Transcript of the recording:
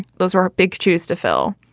those are are big shoes to fill.